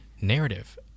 narrative